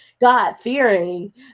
God-fearing